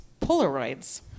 Polaroids